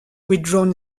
withdrawn